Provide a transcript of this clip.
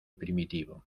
primitivo